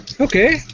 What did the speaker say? Okay